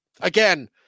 again